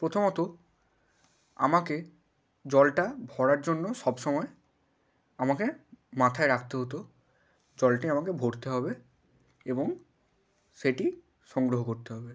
প্রথমত আমাকে জলটা ভরার জন্য সব সময় আমাকে মাথায় রাখতে হতো জলটি আমাকে ভরতে হবে এবং সেটি সংগ্রহ করতে হবে